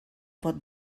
pot